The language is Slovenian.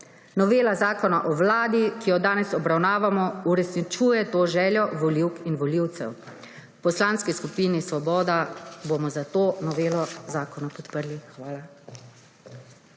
Republike Slovenije, ki jo danes obravnavamo, uresničuje to željo volivk in volivcev. V poslanski supini Svoboda bomo zato novelo zakona podprli. Hvala.